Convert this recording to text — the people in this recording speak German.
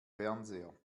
fernseher